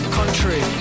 country